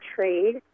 trade